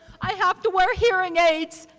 i have to wear hearing aids.